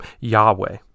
Yahweh